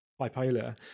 bipolar